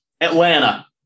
Atlanta